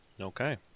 Okay